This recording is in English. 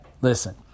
listen